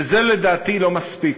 וזה, לדעתי, לא מספיק,